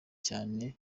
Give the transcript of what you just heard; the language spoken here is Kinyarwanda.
cyane